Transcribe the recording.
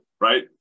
right